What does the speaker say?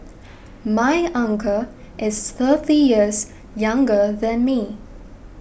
my uncle is thirty years younger than me